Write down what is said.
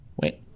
Wait